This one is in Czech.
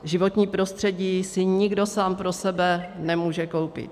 Životní prostředí si nikdo sám pro sebe nemůže koupit.